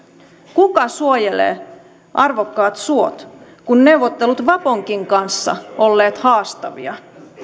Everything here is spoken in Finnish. kuka suojelee arvokkaat suot kun neuvottelut vaponkin kanssa ovat olleet haastavia